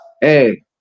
Hey